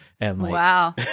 Wow